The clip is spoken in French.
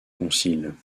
concile